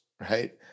right